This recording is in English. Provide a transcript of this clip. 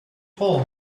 hole